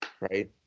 right